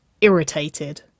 irritated